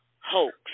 hoax